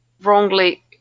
wrongly